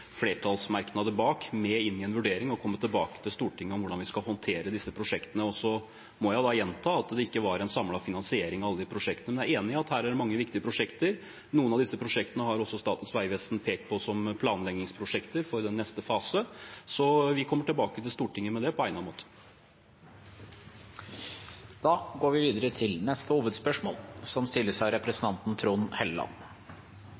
flertallsmerknader bak, med inn i en vurdering og komme tilbake til Stortinget om hvordan vi skal håndtere disse prosjektene. Så må jeg gjenta at det ikke var en samlet finansiering av alle de prosjektene. Men jeg er enig i at her er det veldig mange viktige prosjekter. Noen av disse prosjektene har også Statens vegvesen pekt på som planleggingsprosjekter for den neste fasen. Så vi kommer tilbake til Stortinget med det på egnet måte. Vi går videre til neste hovedspørsmål.